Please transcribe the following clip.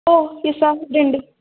ഓ pizza ഇവിടെയുണ്ട്